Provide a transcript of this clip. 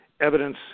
evidence